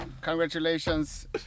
congratulations